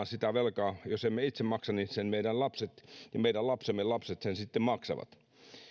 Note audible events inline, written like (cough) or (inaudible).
(unintelligible) sitä velkaa itse maksa niin sen meidän lapsemme ja meidän lastemme lapset sitten maksavat